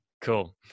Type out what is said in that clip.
Cool